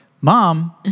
Mom